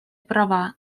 права